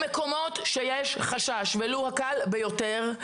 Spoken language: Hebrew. במקומות שיש חשש ולו הקל ביותר,